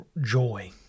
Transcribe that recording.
joy